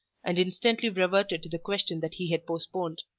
and instantly reverted to the question that he had postponed.